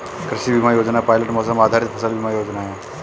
कृषि बीमा योजना पायलट मौसम आधारित फसल बीमा योजना है